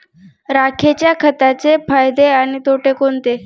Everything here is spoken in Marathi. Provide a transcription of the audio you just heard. राखेच्या खताचे फायदे आणि तोटे कोणते?